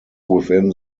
within